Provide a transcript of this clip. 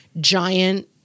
giant